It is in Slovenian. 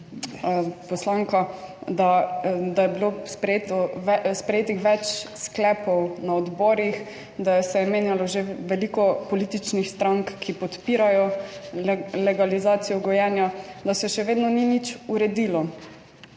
poslanka, da je bilo sprejeto, sprejetih več sklepov, na odborih, da se je menjalo že veliko političnih strank, ki podpirajo legalizacijo gojenja, da se še vedno ni nič uredilo.